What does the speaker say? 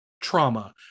trauma